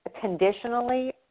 conditionally